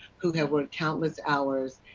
who have worked countless hours,